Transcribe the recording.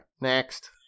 next